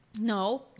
No